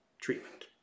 treatment